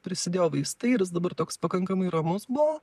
prisidėjo vaistai ir jis dabar toks pakankamai ramus buvo